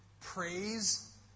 praise